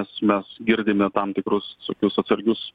nes mes girdime tam tikrus visokius atsargius